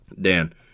Dan